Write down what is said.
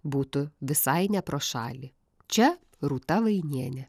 būtų visai ne pro šalį čia rūta vainienė